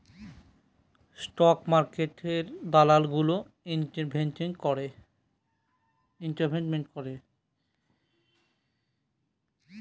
stock মার্কেটে দালাল গুলো ইনভেস্টমেন্ট করে